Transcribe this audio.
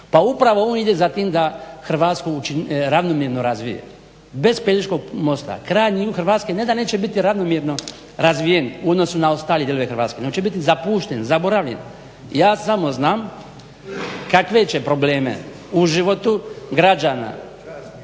pa upravo ovo ide za tim da Hrvatsku ravnomjerno razvijemo. Bez Pelješkog mosta krajnji jug Hrvatske ne da neće biti ravnomjerno razvijen u odnosu na ostale dijelove Hrvatske, on će biti zapušten, zaboravljen, ja samo znam kakve će probleme u životu građana